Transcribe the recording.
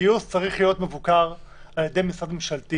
הגיוס צריך להיות מבוקר על ידי משרד ממשלתי